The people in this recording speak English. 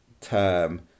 term